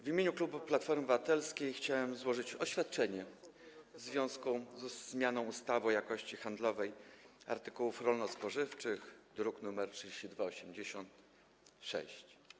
W imieniu klubu Platforma Obywatelska chciałem złożyć oświadczenie w związku z zmianą ustawy o jakości handlowej artykułów rolno-spożywczych, druk nr 3286.